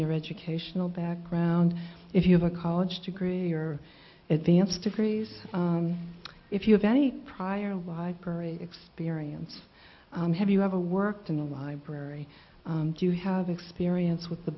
your educational background if you have a college degree or advanced degrees if you have any prior library experience have you ever worked in the library do you have experience with the